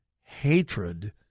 hatred